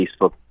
Facebook